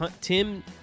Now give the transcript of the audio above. Tim